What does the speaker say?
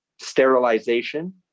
Sterilization